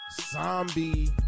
zombie